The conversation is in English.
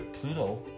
Pluto